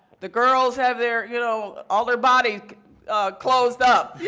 the girls have their, you know, all their body closed up, you